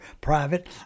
private